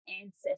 ancestors